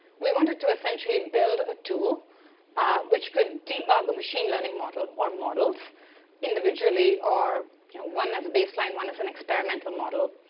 we wanted to, essentially, build a tool which could debug a machine learning model or models individually or you know one is baseline, one is an experimental model,